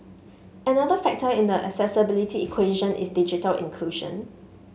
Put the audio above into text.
another factor in the accessibility equation is digital inclusion